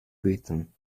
britain